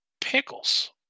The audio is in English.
pickles